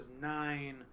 nine